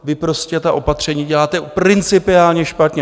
Vy prostě ta opatření děláte principiálně špatně.